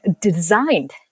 designed